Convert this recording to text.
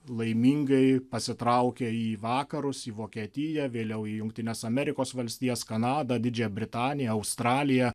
laimingai pasitraukė į vakarus į vokietiją vėliau į jungtines amerikos valstijas kanadą didžiąją britaniją australiją